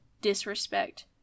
disrespect